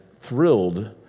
thrilled